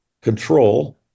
control